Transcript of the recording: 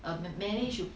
err manage to